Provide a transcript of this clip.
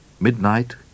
Midnight